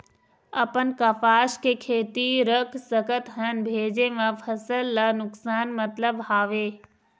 अपन कपास के खेती रख सकत हन भेजे मा फसल ला नुकसान मतलब हावे?